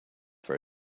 for